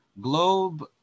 Globe